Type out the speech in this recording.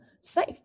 safe